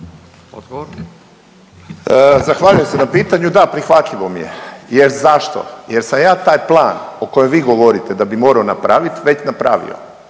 Zahvaljujem se na pitanju, da prihvatljivo mi je. Jer zašto? Jer sam ja taj plan o kojem vi govorite da bi morao napravit već napravio